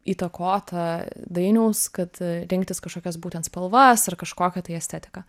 įtakota dainiaus kad rinktis kažkokias būtent spalvas ar kažkokią tai estetiką